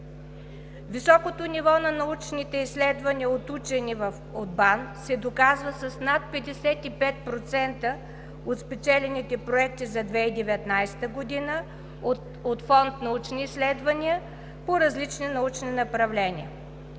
Високото ниво на научните изследвания от учени от БАН се доказва с над 55% от спечелените проекти за 2019 г. от фонд „Научни изследвания“ по различни научни направления.